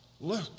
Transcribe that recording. Look